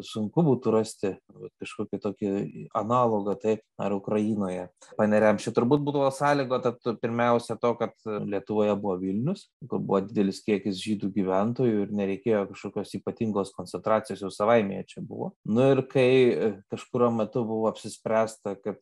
sunku būtų rasti vat kažkokį tokį analogą taip ar ukrainoje paneriams čia turbūt buvo sąlygota tu pirmiausia to kad lietuvoje buvo vilnius kur buvo didelis kiekis žydų gyventojų ir nereikėjo kažkokios ypatingos koncentracijos jau savaime jie čia buvo nu ir kai kažkuriuo metu buvo apsispręsta kad